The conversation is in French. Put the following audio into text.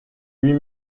huit